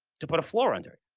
to put a floor under.